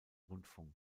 rundfunk